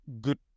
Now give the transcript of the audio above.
good